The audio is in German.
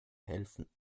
helfen